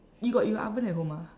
you got you got oven at home ah